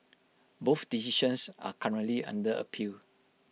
both decisions are currently under appeal